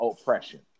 oppression